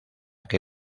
que